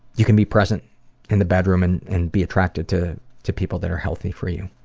you can be present in the bedroom and and be attracted to to people that are healthy for you.